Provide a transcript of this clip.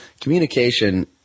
communication